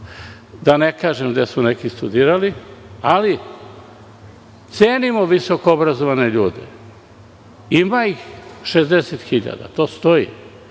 da ne kažem gde su neki studirali, ali cenimo visoko obrazovane ljude. Ima ih 60.000 to stoji.